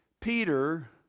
Peter